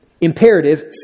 Imperative